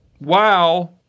Wow